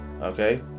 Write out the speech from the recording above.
Okay